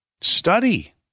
Study